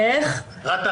מסגרים אין במומחים,